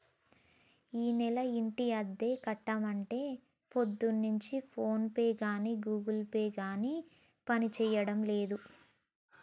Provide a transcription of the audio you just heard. ఈనెల ఇంటి అద్దె కడదామంటే పొద్దున్నుంచి ఫోన్ పే గాని గూగుల్ పే గాని పనిచేయడం లేదు